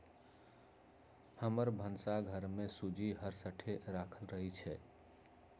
हमर भन्सा घर में सूज्ज़ी हरसठ्ठो राखल रहइ छै